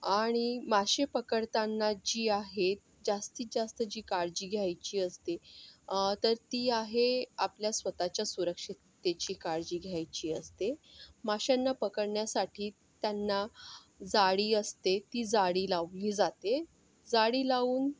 आणि मासे पकडताना जी आहे जास्तीत जास्त जी काळजी घ्यायची असते तर ती आहे आपल्या स्वतःच्या सुरक्षिततेची काळजी घ्यायची असते माश्यांना पकडण्यासाठी त्यांना जाळी असते ती जाळी लावली जाते जाळी लावून